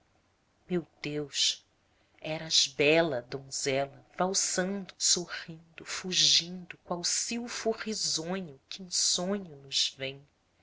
meu deus eras bela donzela valsando sorrindo fugindo qual silfo risonho que em sonho nos vem